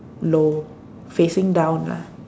low facing down lah